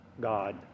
God